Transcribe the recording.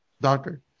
Doctor